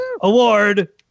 Award